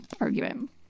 argument